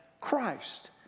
Christ